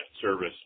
service